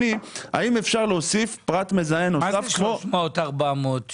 מה זה 400-300?